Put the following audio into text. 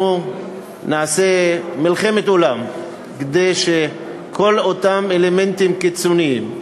אנחנו נעשה מלחמת עולם כדי שכל אותם אלמנטים קיצוניים,